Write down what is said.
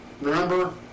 remember